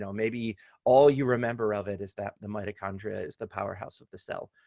so maybe all you remember of it is that the mitochondria is the powerhouse of the cell.